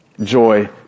joy